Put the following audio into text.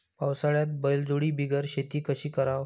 पावसाळ्यात बैलजोडी बिगर शेती कशी कराव?